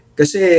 kasi